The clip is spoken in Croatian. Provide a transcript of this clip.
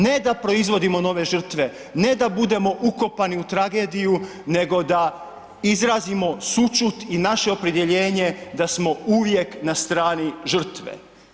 Ne da proizvodimo nove žrtve, ne da budemo ukopani u tragediju, nego da izrazimo sućuti i naše opredjeljenje da smo uvijek na strani žrtve.